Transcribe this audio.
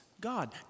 God